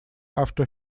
after